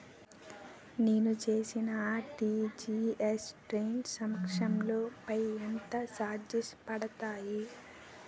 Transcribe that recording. నేను చేసిన RTGS transaction లో పై ఎంత చార్జెస్ పడతాయి?